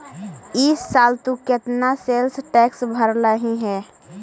ई साल तु केतना सेल्स टैक्स भरलहिं हे